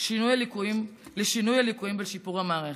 שינוי הליקויים ולשיפור המערכת.